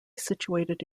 situated